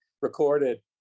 recorded